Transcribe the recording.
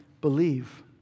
believe